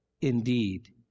Indeed